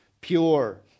Pure